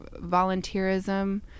volunteerism